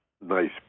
nice